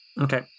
Okay